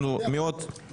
אנחנו מאוד קרובים כאן,